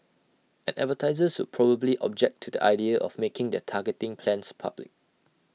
and advertisers would probably object to the idea of making their targeting plans public